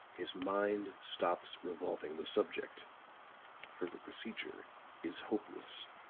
his mind stops revolving the subject further procedure is hopeless.